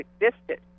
existed